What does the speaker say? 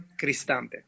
Cristante